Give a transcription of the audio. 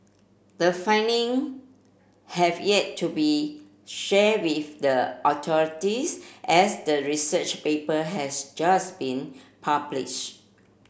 the finding have yet to be shared with the authorities as the research paper has just been published